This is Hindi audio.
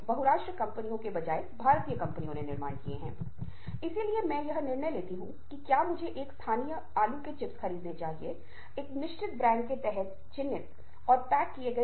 और आपके द्वारा प्रश्नोत्तरी पूरा करने के बाद आप चर्चा में जा सकते हैं और आपने व्याख्यान को सुनने के बाद आपको यह पता लगेगा कीआप प्रश्नोत्तरी पूरा कर पाए हैं या नहीं